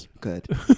Good